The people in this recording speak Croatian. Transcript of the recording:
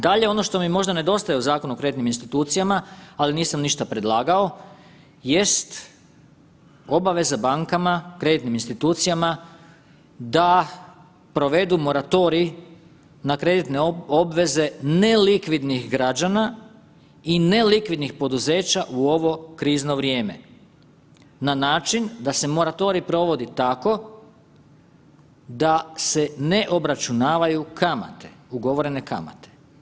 Dalje, ono što mi možda nedostaje u Zakonu o kreditnim institucijama, ali nisam ništa predlagao jest obveza bankama, kreditnim institucijama da provedu moratorij na kreditne obveze nelikvidnih građana i nelikvidnih poduzeća u ovo krizno vrijeme na način da se moratorij provodi tako da se ne obračunavaju kamate, ugovorene kamate.